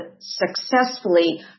successfully